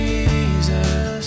Jesus